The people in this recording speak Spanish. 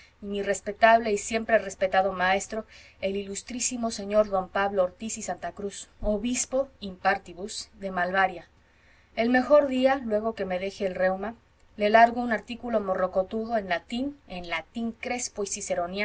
mi respetable y siempre respetado maestro el ilustrísimo sr d pablo ortiz y santa cruz obispo in pártibus de malvaria el mejor día luego que me deje el reuma le largo un artículo morrocotudo en latín en latín crespo y